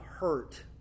hurt